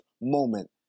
moment